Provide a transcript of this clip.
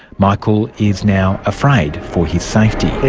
michael is now afraid for his safety.